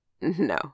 No